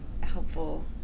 helpful